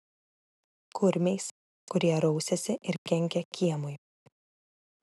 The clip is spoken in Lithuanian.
kurmiais kurie rausiasi ir kenkia kiemui